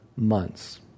Months